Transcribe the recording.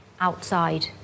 outside